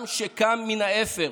עם שקם מן האפר,